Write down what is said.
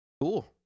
Cool